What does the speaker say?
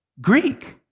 Greek